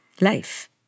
life